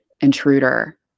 intruder